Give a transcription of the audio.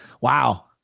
Wow